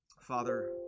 Father